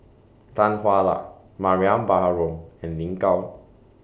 Tan Hwa Luck Mariam Baharom and Lin Gao